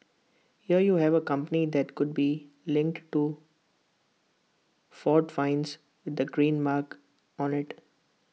here you have A company that could be linked to Ford fines with the green mark on IT